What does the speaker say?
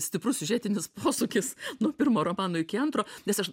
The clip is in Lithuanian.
stiprus siužetinis posūkis nuo pirmo romano iki antro nes aš